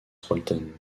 walton